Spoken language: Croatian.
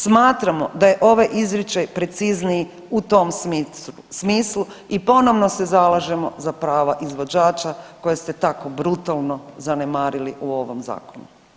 Smatramo da je ovaj izričaj precizniji u tom smislu i ponovno se zalažemo za prava izvođača koje ste tako brutalno zanemarili pri ovom zakonu.